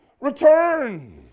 return